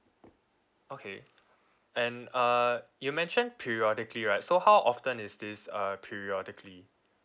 okay and uh you mention periodically right so how often is this uh periodically